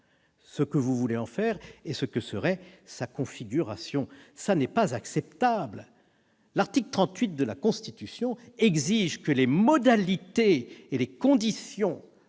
ce que vous voulez en faire, ni quelle serait sa configuration. Ce n'est pas acceptable ! L'article 38 de la Constitution exige que les modalités et les conditions